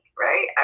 right